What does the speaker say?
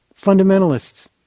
fundamentalists